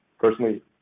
personally